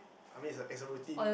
I mean it's a it's a routine